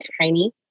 tiny